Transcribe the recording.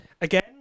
Again